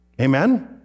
amen